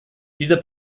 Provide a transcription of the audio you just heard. dieser